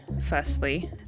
firstly